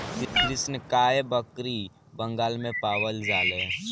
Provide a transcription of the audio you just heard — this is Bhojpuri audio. कृष्णकाय बकरी बंगाल में पावल जाले